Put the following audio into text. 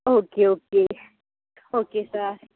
okay okay okay sir